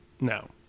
no